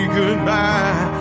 goodbye